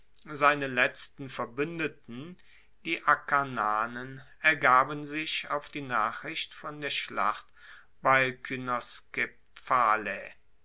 seine letzten verbuendeten die akarnanen ergaben sich auf die nachricht von der schlacht bei